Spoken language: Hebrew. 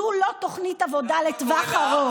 זאת לא תוכנית עבודה לטווח הארוך.